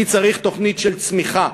אני צריך תוכנית של צמיחה,